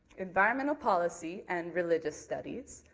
environmental policy, and religious studies,